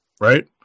right